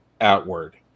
outward